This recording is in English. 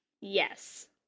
Yes